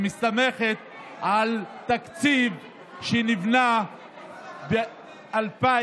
והיא מסתמכת על תקציב שנבנה ב-2017.